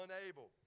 unable